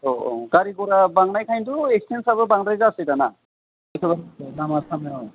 औ औ गारि गरा बंनायखायथ' एक्सिडेन्टफ्राबो बांद्राय जासै दाना बिदिनो लामा सामायाव